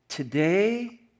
Today